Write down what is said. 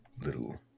little